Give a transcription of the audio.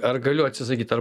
ar galiu atsisakyt ar